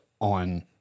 on